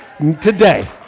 today